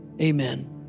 Amen